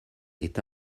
est